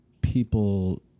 people